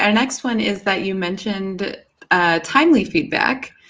and next one is that you mentioned timely feedback,